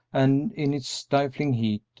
and in its stifling heat,